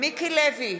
מיקי לוי,